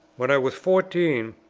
when i was fourteen,